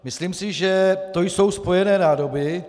Myslím si, že to jsou spojené nádoby.